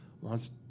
wants